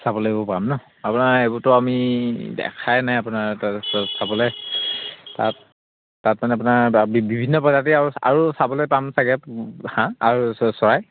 চাবলৈ পাম ন আপোনাৰ এইবোৰতো আমি দেখাই নাই আপোনাৰ তাৰপিছত চাবলৈ তাত তাত মানে আপোনাৰ বিভিন্ন প্ৰজাতি আৰু আৰু চাবলৈ পাম চাগে হাঁহ আৰু চৰাই